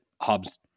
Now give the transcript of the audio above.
Hobbs